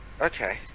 Okay